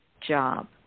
job